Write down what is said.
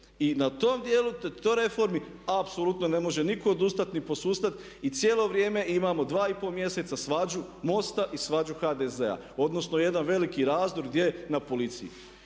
i na tom dijelu, toj reformi, apsolutno ne može nitko odustat ni posustat i cijelo vrijeme imamo, dva i pol mjeseca svađu MOST-a i svađu HDZ-a odnosno jedan veliki razdor gdje na policiji.